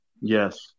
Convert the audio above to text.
Yes